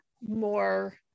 more